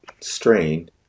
strain